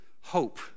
hope